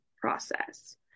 process